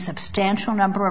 substantial number